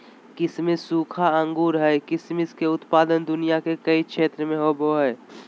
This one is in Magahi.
किसमिस सूखा अंगूर हइ किसमिस के उत्पादन दुनिया के कई क्षेत्र में होबैय हइ